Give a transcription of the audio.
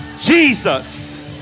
Jesus